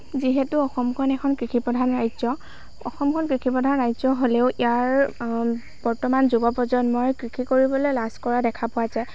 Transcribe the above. যিহেতু অসমখন এখন কৃষি প্ৰধান ৰাজ্য অসমখন কৃষি প্ৰধান ৰাজ্য হ'লেও ইয়াৰ বৰ্তমান যুৱ প্ৰজন্মই কৃষি কৰিবলৈ লাজ কৰা দেখা পোৱা যায়